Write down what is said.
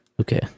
okay